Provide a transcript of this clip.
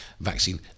vaccine